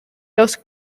los